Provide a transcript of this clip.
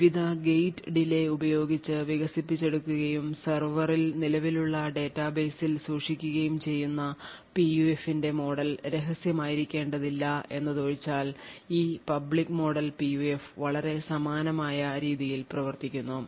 വിവിധ gate delay ഉപയോഗിച്ച് വികസിപ്പിച്ചെടുക്കുകയും സെർവറിൽ നിലവിലുള്ള ഡാറ്റാബേസിൽ സൂക്ഷിക്കുകയും ചെയ്യുന്ന PUF ന്റെ മോഡൽ രഹസ്യമായിരിക്കേണ്ടതില്ല എന്നതൊഴിച്ചാൽ ഈ പബ്ലിക് മോഡൽ PUF വളരെ സമാനമായ രീതിയിൽ പ്രവർത്തിക്കുന്നു